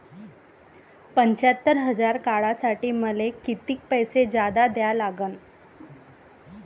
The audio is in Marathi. पंच्यात्तर हजार काढासाठी मले कितीक पैसे जादा द्या लागन?